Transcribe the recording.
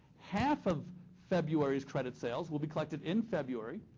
half of february's credit sales will be collected in february.